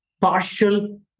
partial